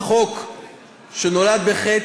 החוק שנולד בחטא,